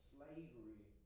slavery